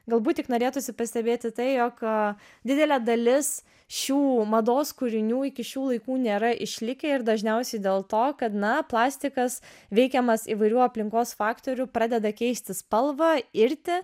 galbūt tik norėtųsi pastebėti tai jog didelė dalis šių mados kūrinių iki šių laikų nėra išlikę ir dažniausiai dėl to kad na plastikas veikiamas įvairių aplinkos faktorių pradeda keisti spalvą irti